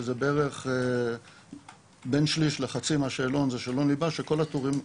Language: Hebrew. שזה בערך בין שליש-לחצי מהשאלון שזה שאלון ליבה של כל התורים.